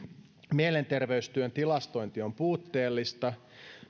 mielenterveystyön tilastointi on puutteellista